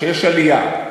שיש עלייה.